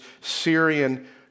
Syrian